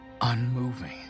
unmoving